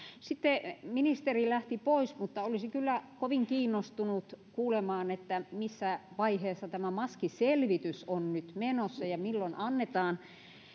ministeri lähti pois mutta olisin kyllä kovin kiinnostunut kuulemaan missä vaiheessa tämä maskiselvitys on nyt menossa ja milloin annetaan